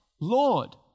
Lord